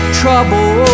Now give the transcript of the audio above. trouble